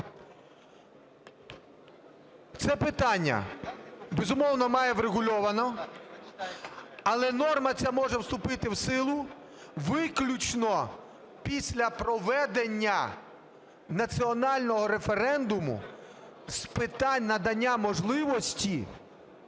Це питання, безумовно, має бути врегульовано. Але норма ця може вступити в силу виключно після проведення національного референдуму з питань надання можливості